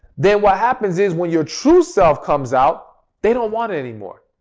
then what happens is when your true self comes out they don't want it anymore.